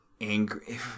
angry-